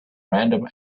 random